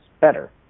better